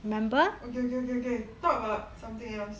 okay okay okay okay talk about something else